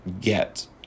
get